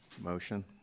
motion